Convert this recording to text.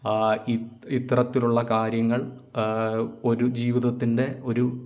ഈ ഇത്തരത്തിലുള്ള കാര്യങ്ങൾ ഒരു ജീവിതത്തിൻ്റെ ഒരു